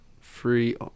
Free